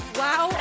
wow